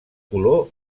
color